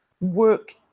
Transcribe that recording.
work